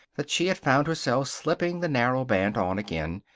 that she had found herself slipping the narrow band on again,